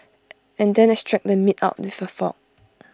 and then extract the meat out with A fork